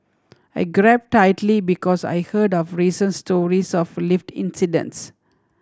I grab tightly because I heard of recent stories of lift incidents